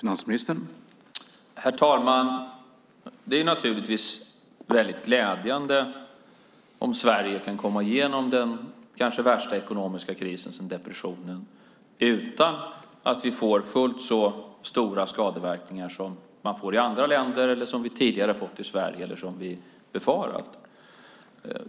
Herr talman! Det är naturligtvis väldigt glädjande om Sverige kan komma igenom den kanske värsta ekonomiska krisen sedan depressionen utan att vi får fullt så stora skadeverkningar som man får i andra länder, som vi tidigare har fått i Sverige eller som vi befarat.